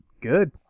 Good